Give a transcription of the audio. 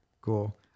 Cool